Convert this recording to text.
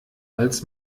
als